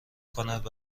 کند